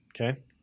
okay